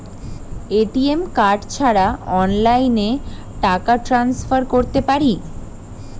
ATM card ছাড়া অনলাইনে টাকা টান্সফার করতে পারি?